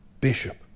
bishop